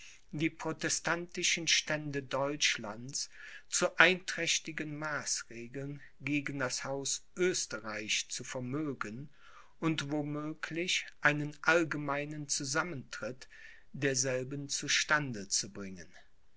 die protestantischen stände deutschlands zu einträchtigen maßregeln gegen das haus oesterreich zu vermögen und wo möglich einen allgemeinen zusammentritt derselben zu stande zu bringen